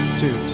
two